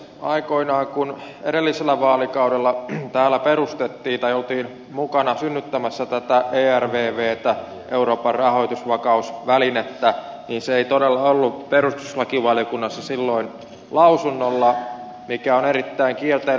aikoinaan kun edellisellä vaalikaudella täällä oltiin mukana synnyttämässä tätä ervvtä euroopan rahoitusvakausvälinettä se ei todella ollut perustuslakivaliokunnassa lausunnolla mikä on erittäin kielteinen asia